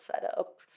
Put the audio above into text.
setup